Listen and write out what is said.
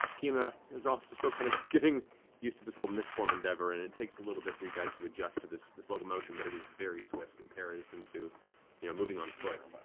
kima is also still kind of getting used to this whole mist form endeavor. and it takes a little bit for you guys to adjust to this this locomotion, but it is very swift in comparison to you know moving on foot.